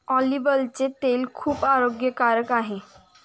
ऑलिव्हचे तेल खूप आरोग्यकारक आहे